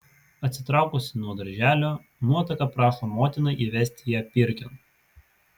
atsitraukusi nuo darželio nuotaka prašo motiną įvesti ją pirkion